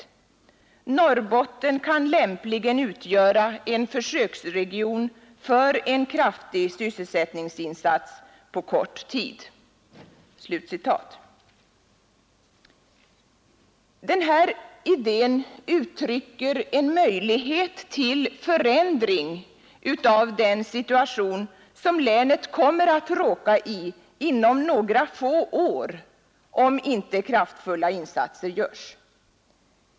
Norrbotten kan lämpligen utgöra en försöksregion för en kraftig sysselsättningsinsats på kort tid.” Den här idén uttrycker en möjlighet till förändring av den situation som länet kommer att råka i om några få år om inte kraftfulla insatser görs.